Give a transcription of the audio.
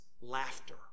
laughter